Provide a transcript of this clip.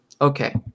Okay